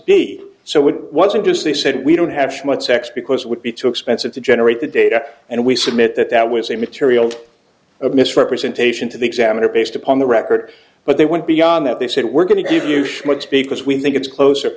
be so it wasn't just they said we don't have much sex because it would be too expensive to generate the data and we submit that that was a material of misrepresentation to the examiner based upon the record but they went beyond that they said we're going to give you schmucks because we think it's closer